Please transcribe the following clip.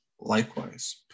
likewise